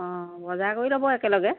অঁ বজাৰ কৰি ল'ব একেলগে